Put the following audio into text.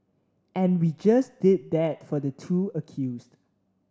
and we just did that for the two accused